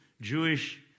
Jewish